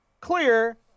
clear